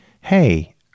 Hey